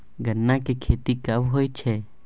गन्ना की खेती कब होय छै?